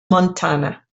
montana